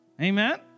Amen